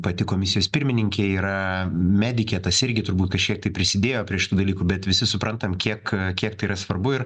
pati komisijos pirmininkė yra medikė tas irgi turbūt kažktiek tai prisidėjo prie šitų dalykų bet visi suprantam kiek kiek tai yra svarbu ir